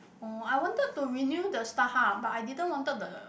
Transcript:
orh I wanted to renew the Starhub but I didn't wanted the